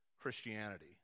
Christianity